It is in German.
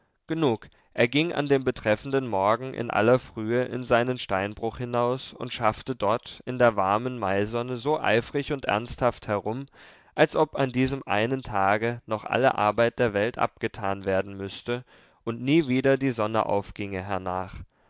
genug er ging an dem betreffenden morgen in aller frühe in seinen steinbruch hinaus und schaffte dort in der warmen maisonne so eifrig und ernsthaft herum als ob an diesem einen tage noch alle arbeit der welt abgetan werden müßte und nie wieder die sonne aufginge hernach